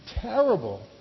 terrible